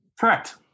Correct